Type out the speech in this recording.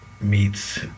meets